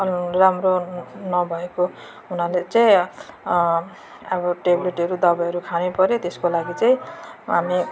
राम्रो नभएको हुनाले चाहिँ अब ट्याब्लेटहरू दबाईहरू खानैपऱ्यो त्यसको लागि चाहिँ हामी